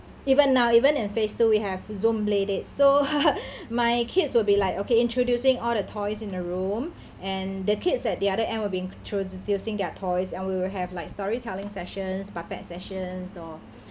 even now even in phase two we have zoom play dates so my kids will be like okay introducing all the toys in the room and the kids at the other end were be introducing their toys and we will have like storytelling sessions puppet sessions or